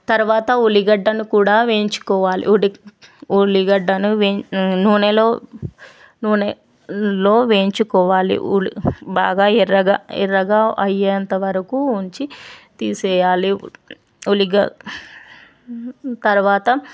తర్వాత ఉలిగడ్డను కూడా వేయించుకోవాలి వుడి ఉల్లిగడ్డను నూనెలో నూనెలో వేయించుకోవాలి ఉల్లి బాగా ఎర్రగా ఎర్రగా అయేంతవరకు ఉంచి తీసేయాలి ఉల్లిగ తర్వాత